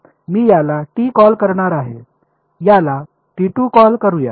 मी याला T call करणार आहे याला कॉल करूया